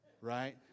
right